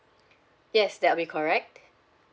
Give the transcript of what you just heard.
yes that would be correct